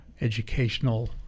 educational